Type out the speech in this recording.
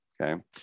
Okay